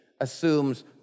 assumes